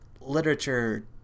literature